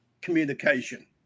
communication